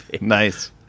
Nice